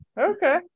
Okay